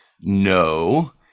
no